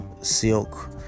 Silk